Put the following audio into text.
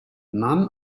none